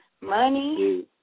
money